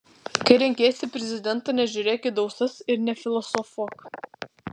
kai renkiesi prezidentą nežiūrėk į dausas ir nefilosofuok